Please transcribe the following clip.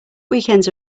weekends